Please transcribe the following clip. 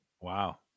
Wow